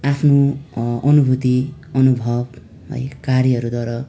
आफ्नो अनुभूति अनुभव है कार्यहरूद्वारा